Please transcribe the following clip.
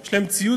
יש להם ציוד,